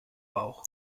bauch